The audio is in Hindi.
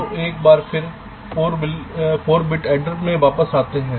तो हम एक बार फिर 4 बिट एडर में वापस आते हैं